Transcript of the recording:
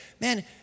Man